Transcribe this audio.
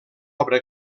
obra